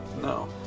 No